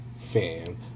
fan